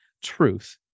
Truth